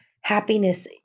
happiness